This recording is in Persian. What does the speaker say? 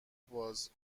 باز